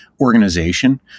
organization